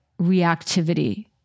reactivity